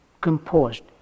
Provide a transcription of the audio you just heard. composed